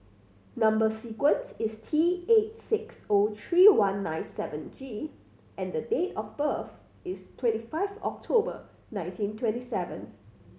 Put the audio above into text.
number sequence is T eight six O three one nine seven G and the date of birth is twenty five October nineteen twenty seven